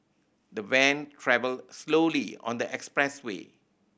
the van travelled slowly on the expressway